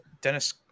Dennis